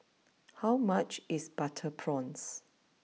how much is Butter Prawns